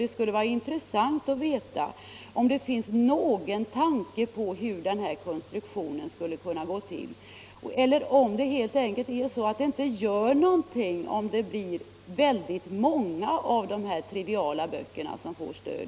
Det skulle vara intressant att höra om det finns någon tanke om hur den konstruktionen skulle kunna se ut eller om det kanske rent av är så att det inte gör någonting om det blir väldigt många av de här triviala böckerna som får stöd.